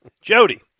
Jody